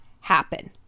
happen